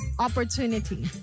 opportunity